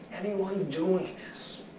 anyone doing this